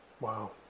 Wow